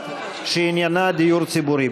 1, שעניינה דיור ציבורי.